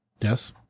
Yes